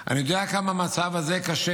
אני יודע כמה המצב הזה קשה,